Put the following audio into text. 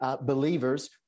believers